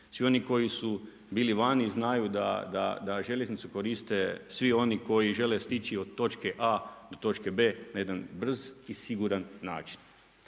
Svi oni koji su bili vani znaju da željeznicu koriste svi oni koji žele stići od točke A do točke B na jedan brz i siguran način.